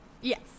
Yes